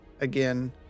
again